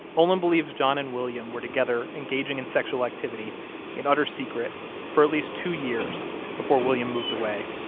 olin believes john and william were together, engaging in sexual activity in utter secret for at least two years before william moved away,